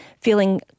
feeling